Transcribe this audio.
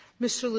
mr.